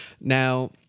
Now